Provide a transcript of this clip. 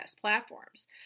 platforms